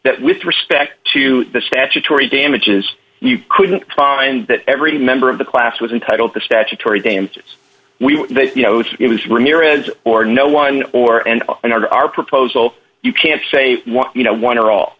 that with respect to the statutory damages you couldn't find that every member of the class was entitled to statutory damages we you know it was ramirez or no one or and and our proposal you can't say what you know one or all